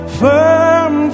firm